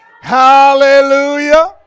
Hallelujah